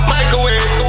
Microwave